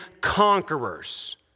conquerors